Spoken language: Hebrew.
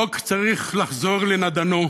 החוק צריך לחזור לנדנו,